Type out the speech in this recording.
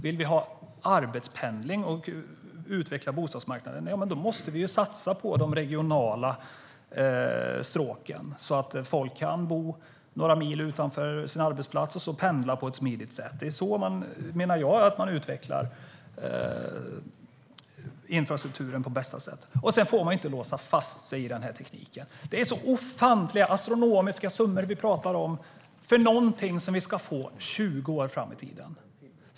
Vill vi ha arbetspendling och utveckla bostadsmarknaden måste vi satsa på de regionala stråken, så att folk kan bo några mil från sin arbetsplats och pendla på ett smidigt sätt. Det är så, menar jag, man utvecklar infrastrukturen på bästa sätt. Sedan får man inte låsa fast sig i den här tekniken. Det är astronomiska summor vi pratar om för någonting som vi ska få 20 år fram i tiden.